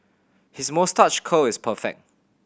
his moustache curl is perfect